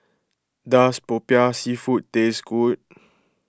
does Popiah Seafood taste good